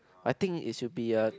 I think it should be a